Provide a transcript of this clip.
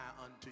unto